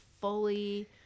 fully